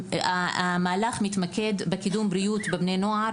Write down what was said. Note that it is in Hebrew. המהלך מתמקד בקידום בריאות לבני נוער